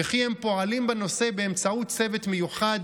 וכי הם פועלים בנושא באמצעות צוות מיוחד